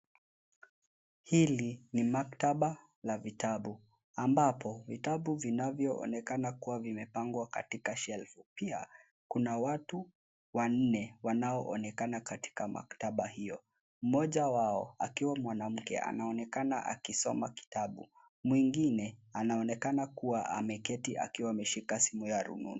Hili ni maktaba la vitabu ambapo vitabu vinavyonekana kuwa vimepangwa katika shelfu pia kuna watu wanne wanao onekana katika maktaba hiyo. Mmoja wao akiwa mwanamke anaonekana akisoma kitabu, mwingine anaonekana kuwa ameketi akiwa ameshika simu ya rununu.